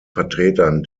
vertretern